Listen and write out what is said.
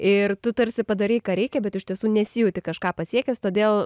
ir tu tarsi padarei ką reikia bet iš tiesų nesijauti kažką pasiekęs todėl